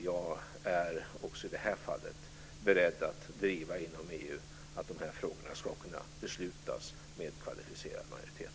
Jag är också i det här fallet beredd att inom EU driva att de här frågorna ska kunna beslutas med kvalificerad majoritet.